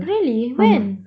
really when